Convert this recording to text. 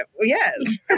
yes